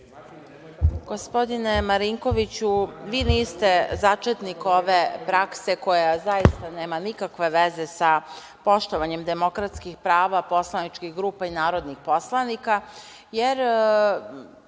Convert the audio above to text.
Gospodine Marinkoviću, vi niste začetnik ove prakse koja zaista nema nikakve veze sa poštovanjem demokratskih prava poslaničkih grupa i narodnih poslanika, jer